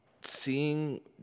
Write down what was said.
seeing